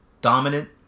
dominant